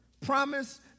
Promise